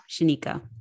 Shanika